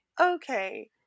Okay